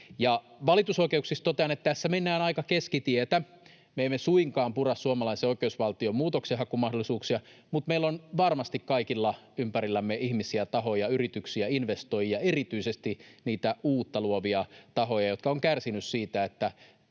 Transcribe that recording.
Valitusoikeuksista totean, että tässä mennään aika keskitietä. Me emme suinkaan pura suomalaisen oikeusvaltion muutoksenhakumahdollisuuksia, mutta meillä on varmasti kaikilla ympärillämme ihmisiä, tahoja, yrityksiä, investoijia, erityisesti niitä uutta luovia tahoja, jotka ovat kärsineet siitä,